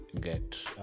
get